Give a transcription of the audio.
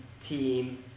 team